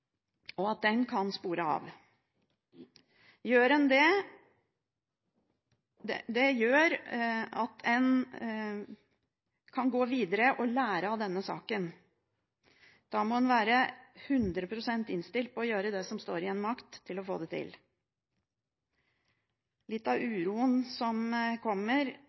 og at den kan spore av. Man kan gå videre og lære av denne saken. Da må man være 100 pst. innstilt på å gjøre det som står i ens makt for å få det til. Litt av uroen som kommer,